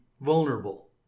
vulnerable